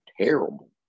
terrible